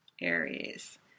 Aries